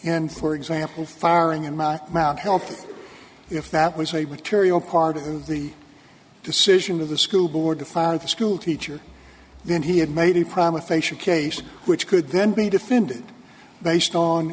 an for example firing in my mouth helped if that was a with tiriel part of the decision of the school board to fire the school teacher then he had made a promise facia case which could then be defended based on